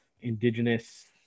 indigenous